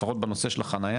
לפחות בנושא של החנייה,